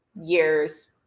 years